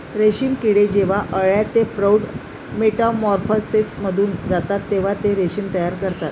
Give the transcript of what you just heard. रेशीम किडे जेव्हा अळ्या ते प्रौढ मेटामॉर्फोसिसमधून जातात तेव्हा ते रेशीम तयार करतात